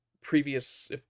previous